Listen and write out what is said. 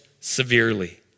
severely